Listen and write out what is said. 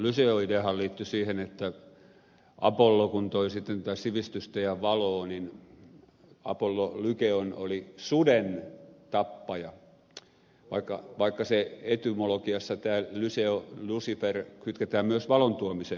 lyseo ideahan liittyi siihen että apollo kun toi sitten tätä sivistystä ja valoa niin apollo lyceion oli sudentappaja vaikka se etymologiassa tämä lyseo lucifer kytketään myös valon tuomiseen